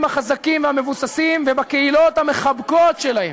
החזקים והמבוססים ובקהילות המחבקות שלהן,